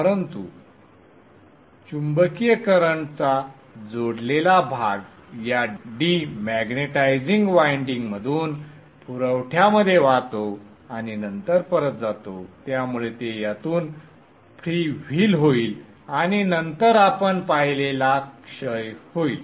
परंतु चुंबकीय करंटचा जोडलेला भाग या डिमॅग्नेटाइझिंग वायंडिंग मधून पुरवठ्यामध्ये वाहतो आणि नंतर परत जातो त्यामुळे ते यातून फ्रीव्हील होईल आणि नंतर आपण पाहिलेला क्षय होईल